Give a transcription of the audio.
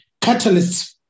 catalysts